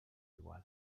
igual